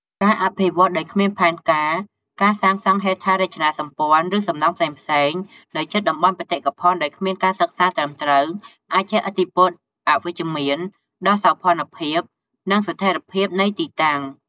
ការអភិវឌ្ឍន៍ដោយគ្មានផែនការ ការសាងសង់ហេដ្ឋារចនាសម្ព័ន្ធ ឬសំណង់ផ្សេងៗនៅជិតតំបន់បេតិកភណ្ឌដោយគ្មានការសិក្សាត្រឹមត្រូវ អាចជះឥទ្ធិពលអវិជ្ជមានដល់សោភ័ណភាព និងស្ថេរភាពនៃទីតាំង។